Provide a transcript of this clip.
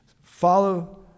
Follow